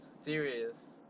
serious